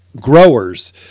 growers